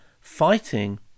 fighting